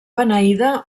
beneïda